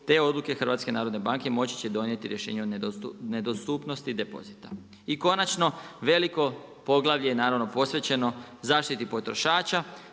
te odluke HNB moći će donijeti rješenja o nedostupnosti depozita. I konačno, veliko poglavlje naravno je posvećeno zaštiti potrošača.